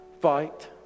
fight